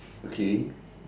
okay